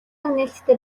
нээлттэй